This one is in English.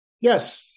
Yes